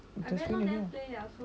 but the thing you know